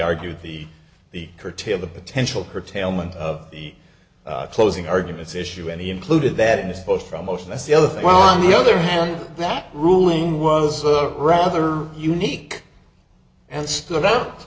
argued the the curtail the potential curtailment of the closing arguments issue any included that in this post from oh so that's the other thing while on the other hand that ruling was a rather unique and stood out